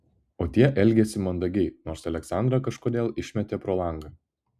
o tie elgėsi mandagiai nors aleksandrą kažkodėl išmetė pro langą